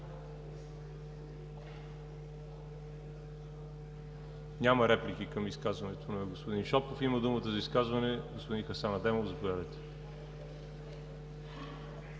Няма реплики към изказването на господин Шопов. Има думата за изказване господин Хасан Адемов. Заповядайте.